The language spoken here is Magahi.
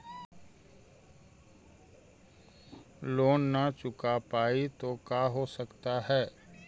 लोन न चुका पाई तो का हो सकता है?